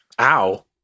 Ow